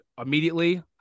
immediately